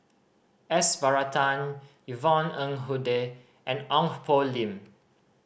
S Varathan Yvonne Ng Uhde and Ong Poh Lim